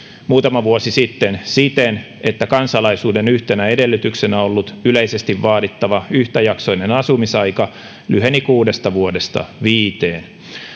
muutama vuosi sitten siten niin että kansalaisuuden yhtenä edellytyksenä ollut yleisesti vaadittava yhtäjaksoinen asumisaika lyheni kuudesta vuodesta viiteen